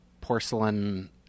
porcelain